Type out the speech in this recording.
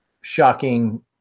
shocking